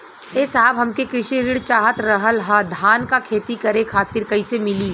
ए साहब हमके कृषि ऋण चाहत रहल ह धान क खेती करे खातिर कईसे मीली?